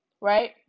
right